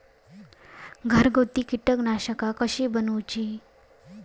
घरगुती कीटकनाशका कशी बनवूची?